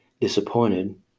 disappointed